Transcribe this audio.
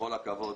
בכל הכבוד